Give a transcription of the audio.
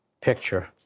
picture